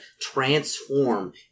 transform